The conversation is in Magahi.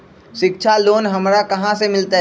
शिक्षा लोन हमरा कहाँ से मिलतै?